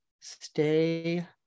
stay